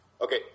Okay